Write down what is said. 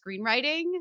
screenwriting